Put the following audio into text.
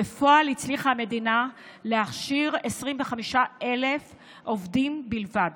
בפועל הצליחה המדינה להכשיר 25,000 עובדים בלבד.